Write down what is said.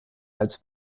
als